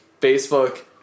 Facebook